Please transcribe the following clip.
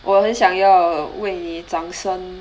我很想要为你掌声